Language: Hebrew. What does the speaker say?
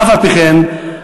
אף-על-פי-כן,